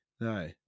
No